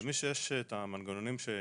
למי שיש את המנגנונים שהוא